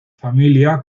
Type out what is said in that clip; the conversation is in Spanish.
familia